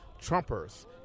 Trumpers